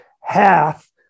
half